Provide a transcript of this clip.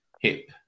hip